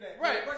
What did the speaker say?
right